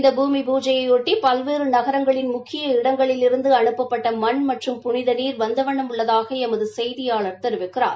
இந்த பூமி பூஜையையொட்டி பல்வேறு நகரங்களின் முக்கிய இடங்களிலிருந்து அனுப்பப்பட்ட மண் மற்றும் புனித நீர் வந்த வண்ணம் உள்ளதாக எமது செய்தியாளர் தெரிவிக்கிறார்